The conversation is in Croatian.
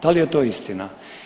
Da li je to istina?